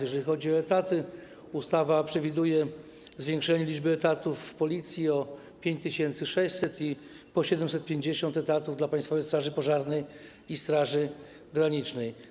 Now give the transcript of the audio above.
Jeżeli chodzi o etaty, ustawa przewiduję zwiększenie liczby etatów w Policji o 5600 i o 750 etatów dla Państwowej Straży Pożarnej i Straży Granicznej.